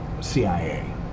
CIA